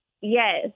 Yes